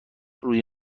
روی